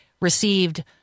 received